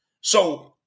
So-